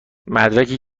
مدرکی